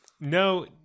no